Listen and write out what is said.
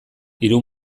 hiru